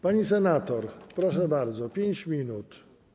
Pani senator, proszę bardzo, 5 minut.